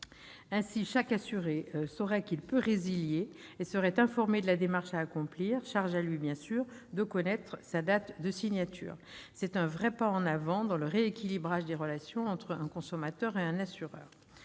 Ainsi, chaque assuré saura qu'il peut résilier son contrat et sera informé de la démarche à accomplir, à charge pour lui, bien évidemment, de connaître sa date de signature. C'est un vrai pas en avant dans le rééquilibrage des relations entre le consommateur et l'assureur.